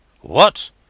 What